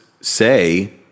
say